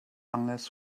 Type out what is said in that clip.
unless